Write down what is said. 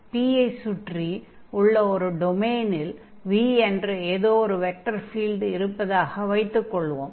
P ஐ சுற்றி உள்ள ஒரு டொமைனில் v என்ற ஏதோ ஒரு வெக்டர் ஃபீல்ட் இருப்பதாக வைத்துக் கொள்வோம்